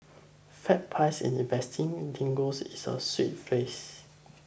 fat pies in investing lingo is a sweet phrase